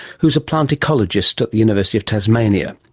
who is a plant ecologist at the university of tasmania,